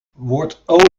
wordt